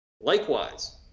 likewise